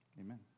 amen